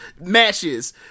matches